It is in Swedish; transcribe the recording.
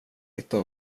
hitta